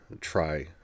try